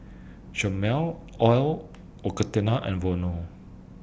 Chomel L'Occitane and Vono